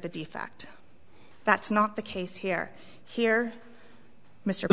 the defect that's not the case here here mr